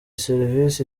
serivisi